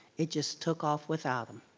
it just took off without them.